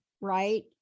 right